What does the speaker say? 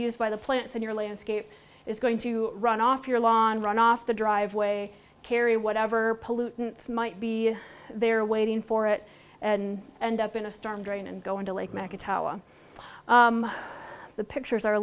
used by the plants in your landscape is going to run off your lawn runoff the driveway carrie whatever pollutants might be there waiting for it and end up in a storm drain and go into lake mecca tower the pictures are